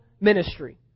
ministry